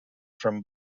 from